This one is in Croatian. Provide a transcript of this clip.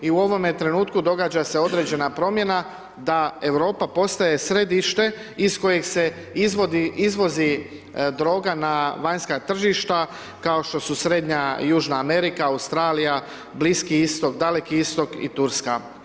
I u ovome trenutku događa se određena promjena da Europa postaje središte iz kojeg se izvozi droga na vanjska tržišta kao što su Srednja i Južna Amerika, Australija, Bliski Istok, Daleki Istok i Turska.